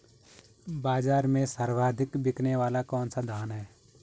बाज़ार में सर्वाधिक बिकने वाला कौनसा धान है?